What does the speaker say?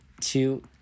two